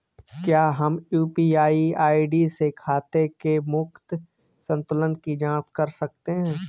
क्या हम UPI ID से खाते के मूख्य संतुलन की जाँच कर सकते हैं?